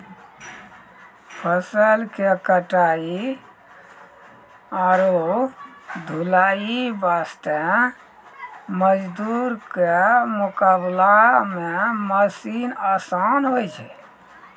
फसल के कटाई आरो ढुलाई वास्त मजदूर के मुकाबला मॅ मशीन आसान होय छै